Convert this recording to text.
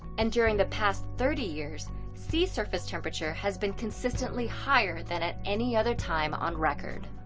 and during the past thirty years, sea surface temperature has been consistently higher than at any other time on record.